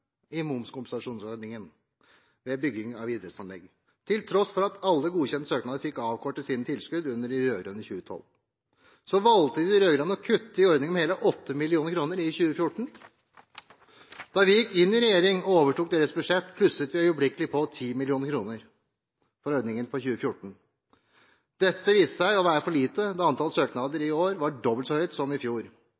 i momskompensasjonsordningen ved bygging av idrettsanlegg. Til tross for at alle godkjente søknader fikk avkortet sine tilskudd under de rød-grønne i 2012, valgte de rød-grønne å kutte i ordningen med hele 8 mill. kr i 2014. Da vi gikk inn i regjering og overtok deres budsjett, plusset vi øyeblikkelig på 10 mill. kr for ordningen for 2014. Dette viste seg å være for lite, da antallet søknader i